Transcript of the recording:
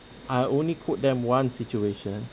I only quote them one situation